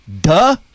Duh